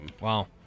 Wow